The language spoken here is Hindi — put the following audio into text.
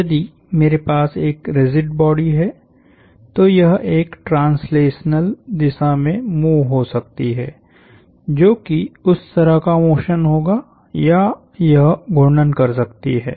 यदि मेरे पास एक रिजिड बॉडी है तो यह एक ट्रांसलेशनल दिशा में मूव हो सकती है जो कि उस तरह का मोशन होगा या यह घूर्णन कर सकती है